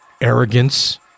arrogance